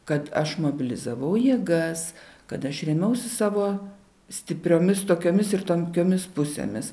kad aš mobilizavau jėgas kad aš rėmiausi savo stipriomis tokiomis ir tomkiomis pusėmis